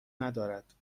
ندارد